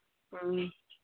ꯎꯝ